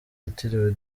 yitiriwe